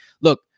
look